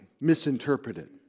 misinterpreted